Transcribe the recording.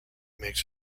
makes